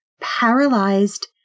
paralyzed